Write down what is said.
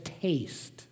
taste